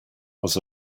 was